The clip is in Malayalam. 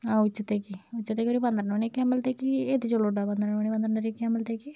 ഉച്ചക്കത്തേക്ക് ഉച്ചക്കത്തേക്ക് ഒരു പന്ത്രണ്ട് മണിയൊക്കെ ആകുമ്പോളത്തേക്ക് എത്തിച്ചോളൂ കെട്ടോ പന്ത്രണ്ട് മണി പന്ത്രണ്ടര ഒക്കെ ആകുമ്പോളത്തേക്ക്